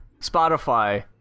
Spotify